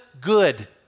good